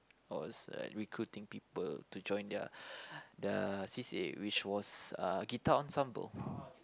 was like recruiting people to join their their c_c_a which was uh guitar ensemble